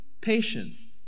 patience